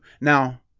Now